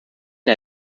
and